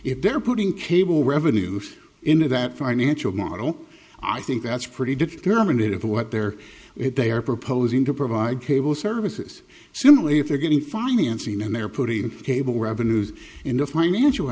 if they're putting cable revenues in of that financial model i think that's pretty determinate of what they're they are proposing to provide cable services similarly if they're getting financing and they're putting cable revenues in the financial